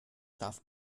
darf